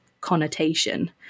connotation